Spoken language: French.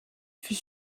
fut